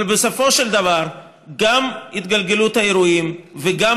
אבל בסופו של דבר גם התגלגלות האירועים וגם